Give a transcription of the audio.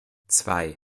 zwei